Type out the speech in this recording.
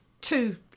two